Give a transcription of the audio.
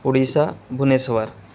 Orissa Bhubaneswar